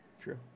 true